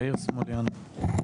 יאיר סמוליאנוב.